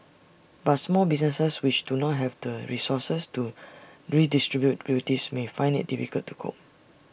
but small businesses which do not have the resources to redistribute duties may find IT difficult to cope